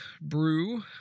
brew